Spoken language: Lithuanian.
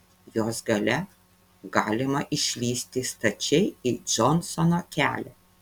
jos gale galima išlįsti stačiai į džonsono kelią